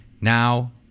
Now